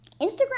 Instagram